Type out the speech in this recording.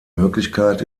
möglichkeit